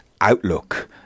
outlook